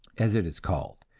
as it is called.